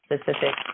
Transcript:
specific